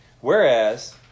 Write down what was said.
Whereas